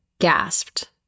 gasped